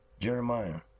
Jeremiah